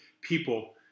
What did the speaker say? people